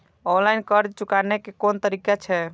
Online कर्ज चुकाने के कोन तरीका छै?